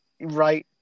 Right